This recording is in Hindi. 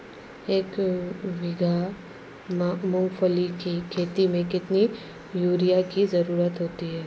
एक बीघा मूंगफली की खेती में कितनी यूरिया की ज़रुरत होती है?